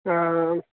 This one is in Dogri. हां